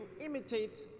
imitate